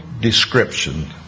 description